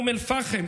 אום אל-פחם,